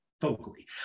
vocally